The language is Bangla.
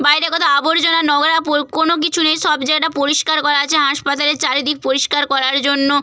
বাইরে কত আবর্জনা নোংরা কোনো কিছু নেই সব জায়গাটা পরিষ্কার করা আছে হাসপাতালের চারিদিক পরিষ্কার করার জন্য